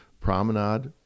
promenade